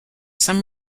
some